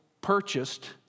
purchased